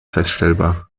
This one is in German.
feststellbar